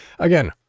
Again